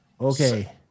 Okay